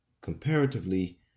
comparatively